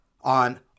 on